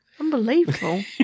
Unbelievable